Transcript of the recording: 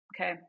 Okay